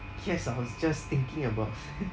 yes I was just thinking about